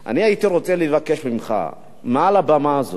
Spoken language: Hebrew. אני הייתי רוצה לבקש ממך מעל הבמה הזאת